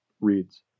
reads